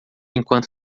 enquanto